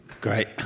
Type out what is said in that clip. Great